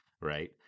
right